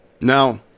now